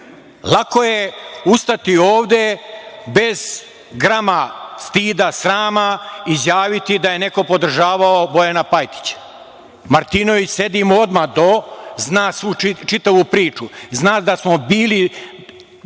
Lako je ustati ovde bez grama stida, srama, izjaviti da je neko podržavao Bojana Pajtića. Martinović, sedi odmah do, zna čitavu priču, zna da smo bili